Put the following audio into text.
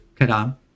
Kadam